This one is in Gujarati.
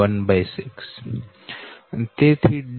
21116 7